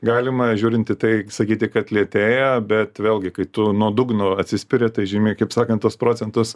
galima žiūrint į tai sakyti kad lėtėja bet vėlgi kai tu nuo dugno atsispiri tai žymiai kaip sakant tas procentas